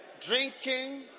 Drinking